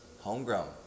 Homegrown